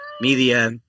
Media